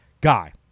guy